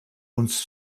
uns